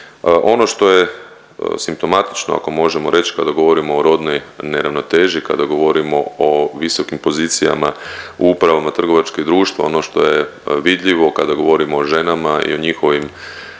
Ono što je simptomatično ako možemo reć kada govorimo o rodnoj neravnoteži, kada govorimo o visokim pozicijama u upravama trgovačkih društva ono što je vidljivo kada govorimo o ženama i o njihovim